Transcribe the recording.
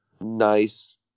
nice